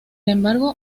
embargo